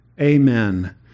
amen